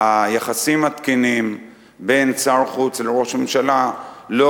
חשבתי שהיחסים התקינים בין שר החוץ לראש הממשלה לא